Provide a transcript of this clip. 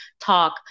talk